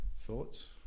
Thoughts